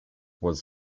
was